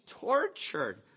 tortured